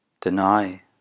deny